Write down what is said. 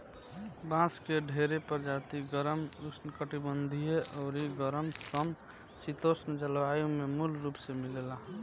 बांस के ढेरे प्रजाति गरम, उष्णकटिबंधीय अउरी गरम सम शीतोष्ण जलवायु में मूल रूप से मिलेला